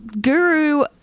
Guru